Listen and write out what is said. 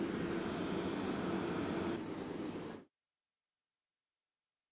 mm